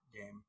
game